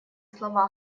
слова